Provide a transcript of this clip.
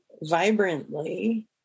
vibrantly